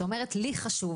שאומרת "לי חשוב